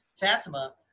Fatima